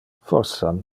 forsan